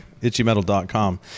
ItchyMetal.com